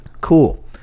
Cool